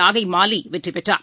நாகை மாலி வெற்றி பெற்றார்